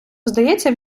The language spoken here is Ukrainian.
здається